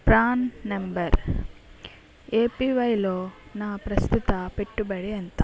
PRAN number ఏపివైలో నా ప్రస్తుత పెట్టుబడి ఎంత